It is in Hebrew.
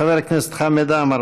חבר הכנסת חמד עמאר,